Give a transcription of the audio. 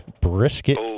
brisket